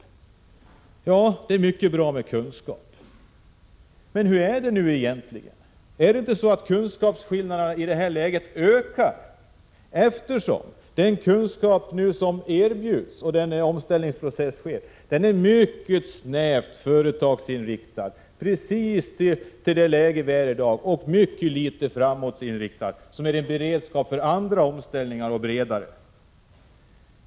Det är mycket bra med kunskap, men hur är det egentligen, ökar inte kunskapsskillnaderna i det här läget? Den kunskap som erbjuds när en omställningsprocess sker är ju mycket snävt företagsinriktad i dag och mycket litet framåtsyftande som en beredskap för andra och större omställningar.